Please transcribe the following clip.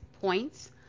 points